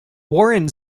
warren